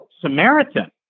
Samaritan